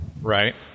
Right